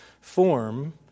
form